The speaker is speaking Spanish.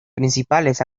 principales